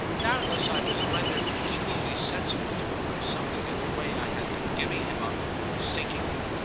doubtless i was rendered peculiarly sensitive to it by something in the way i had been giving him up and sinking him.